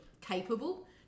capable